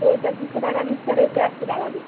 তো ওইটা দুশো টাকা নিচ্ছে আর ওইটা একশো টাকা দিচ্ছি